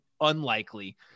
unlikely